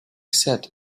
said